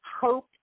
hope